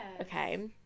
Okay